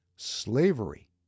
slavery